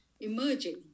emerging